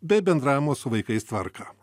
bei bendravimo su vaikais tvarką